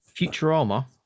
Futurama